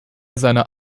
seiner